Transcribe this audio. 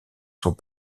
sont